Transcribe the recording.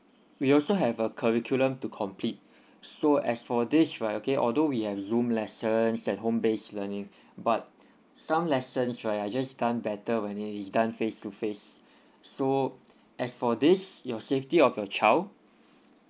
we also have uh curriculum to complete so as for this right okay although we have zoom lessons and home base learning but some lessons right are just done better when it is done face to face so as for this your safety of your child